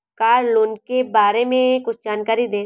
Car loan के बारे में कुछ जानकारी दें?